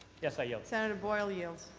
yes, i yield. senator boyle yields.